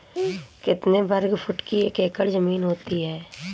कितने वर्ग फुट की एक एकड़ ज़मीन होती है?